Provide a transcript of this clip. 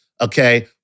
okay